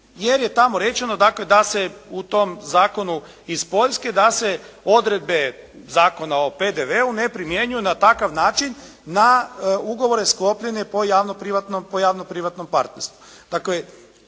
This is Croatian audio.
jer je tamo rečeno dakle da se u tom zakonu iz Poljske da se odredbe Zakona o PDV-u ne primjenjuju na takav način na ugovore sklopljene po javno-privatnom partnerstvu.